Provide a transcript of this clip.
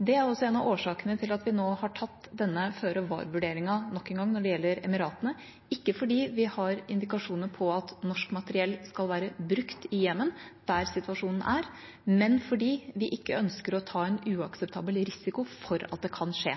Det er også en av årsakene til at vi nå har gjort denne føre-var-vurderingen nok en gang når det gjelder Emiratene – ikke fordi vi har indikasjoner på at norsk materiell skal være brukt i Jemen, der situasjonen er, men fordi vi ikke ønsker å ta en uakseptabel risiko for at det kan skje.